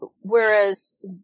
whereas